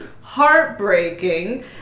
heartbreaking